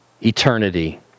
eternity